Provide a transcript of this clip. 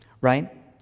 right